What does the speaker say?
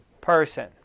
person